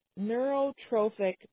neurotrophic